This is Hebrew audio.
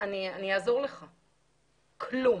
אני אעזור לך, כלום.